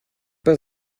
pas